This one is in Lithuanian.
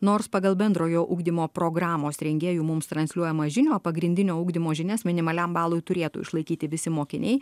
nors pagal bendrojo ugdymo programos rengėjų mums transliuojamą žinią pagrindinio ugdymo žinias minimaliam balui turėtų išlaikyti visi mokiniai